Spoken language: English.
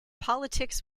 politics